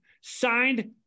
signed